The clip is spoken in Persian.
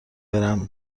برم